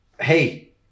Hey